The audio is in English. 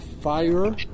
Fire